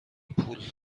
پول